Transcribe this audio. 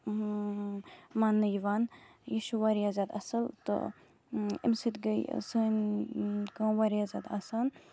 یِم ماننہٕ یِوان یہِ چھُ واریاہ زیادٕ اصل تہٕ اَمہِ سۭتۍ گے سٲنۍ کٲم واریاہ زیادٕ آسان